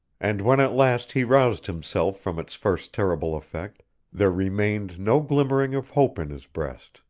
and when at last he roused himself from its first terrible effect there remained no glimmering of hope in his breast,